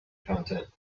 content